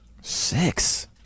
Six